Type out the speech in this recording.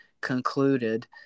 concluded